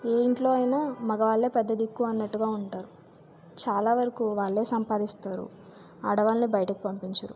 ఏ ఇంట్లో అయినా మగవాళ్ళు పెద్దదిక్కు అన్నట్టుగా ఉంటారు చాలా వరకు వాళ్ళు సంపాదిస్తారు ఆడవాళ్ళని బయటకు పంపించారు